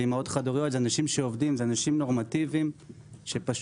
אימהות חד הוריות ואנשים נורמטיביים שקורסים.